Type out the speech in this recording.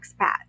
expat